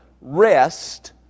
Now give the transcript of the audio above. rest